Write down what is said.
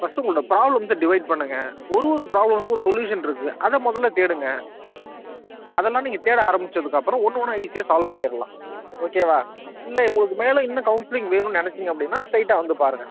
first உங்களோடய problem வந்து divide பண்ணுங்கள் ஒரு ஒரு ப்ராப்ளஸுக்கும் ஒரு சொல்யூஷன் இருக்குது அதை முதல்ல தேடுங்கள் அதெல்லாம் நீங்கள் தேட ஆரம்பிச்சதுக்கு அப்புறம் ஒன்று ஒன்றா ஈஸியாக நீங்கள் சால்வ் பண்ணிடலாம் ஓகேவா இல்லை உங்களுக்கு மேலே இன்னும் கவுன்சிலிங் வேணும்னு நினச்சிங்க அப்படினா ஸ்ட்ரெயிட்டாக வந்து பாருங்கள்